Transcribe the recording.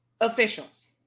officials